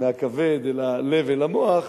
מהכבד אל הלב ואל המוח,